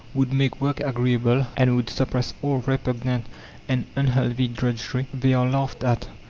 would make work agreeable, and would suppress all repugnant and unhealthy drudgery, they are laughed at.